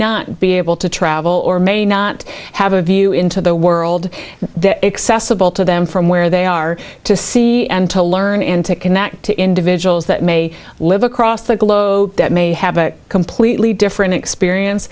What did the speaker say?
not be able to travel or may not have a view into the world that accessible to them from where they are to see and to learn and to connect to individuals that may live across the globe that may have a completely different experience